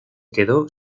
quedó